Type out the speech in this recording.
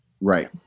Right